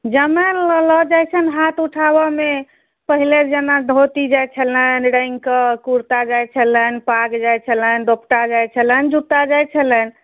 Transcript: जमाए ले लए जाइत छनि हाथ उठाबैमे पहिले जमाए धोती जाइत छलनि राइङ्ग कऽ कुर्ता जाइत छलनि पाग जाइत छलनि दोपटा जाइत छलनि जुता जाइत छलनि